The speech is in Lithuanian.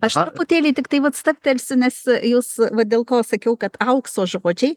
aš truputėlį tiktai vat stabtelsiu nes jūs va dėl ko sakiau kad aukso žodžiai